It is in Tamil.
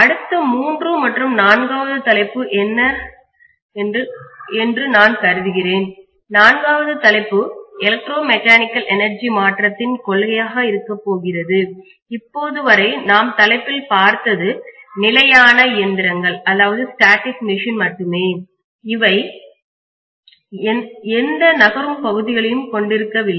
அடுத்து மூன்று மற்றும் நான்காவது தலைப்பு என்று நான் கருதுகிறேன் நான்காவது தலைப்பு எலக்ட்ரோ மெக்கானிக்கல் எனர்ஜி மாற்றத்தின் கொள்கையாக இருக்கப்போகிறது இப்போது வரை நாம் தலைப்பில் பார்த்தது நிலையான இயந்திரங்கள் மட்டுமே அவை எந்த நகரும் பகுதிகளையும் கொண்டிருக்கவில்லை